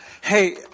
Hey